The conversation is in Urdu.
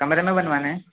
کمرے میں بنوانا ہے